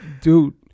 Dude